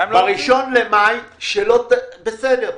ב-1 במאי שלא בסדר.